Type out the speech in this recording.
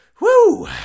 Woo